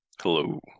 Hello